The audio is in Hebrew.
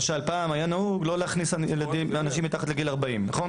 פעם היה נהוג לא להכניס אנשים מתחת לגיל 40, נכון?